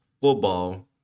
football